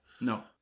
no